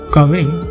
Covering